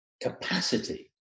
capacity